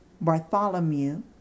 Bartholomew